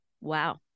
Wow